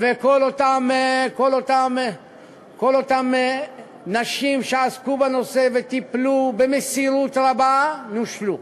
וכל אותן נשים שעסקו בנושא וטיפלו במסירות רבה נושלו.